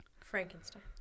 Frankenstein